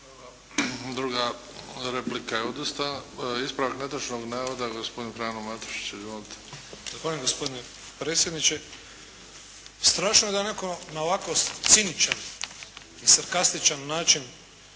Druga replika je odustala. Ispravak netočnog navoda gospodin Frano Matušić, izvolite. **Matušić, Frano (HDZ)** Zahvaljujem gospodine predsjedniče, strašno je da netko na ovako ciničan i sarkastičan način